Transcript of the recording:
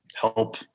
help